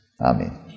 Amen